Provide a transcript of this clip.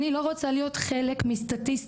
אני לא רוצה להיות חלק מסטטיסטיקה,